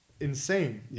insane